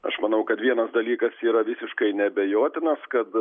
aš manau kad vienas dalykas yra visiškai neabejotinas kad